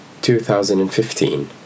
2015